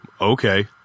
Okay